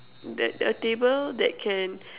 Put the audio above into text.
the a table that can